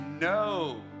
no